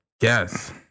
Yes